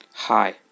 Hi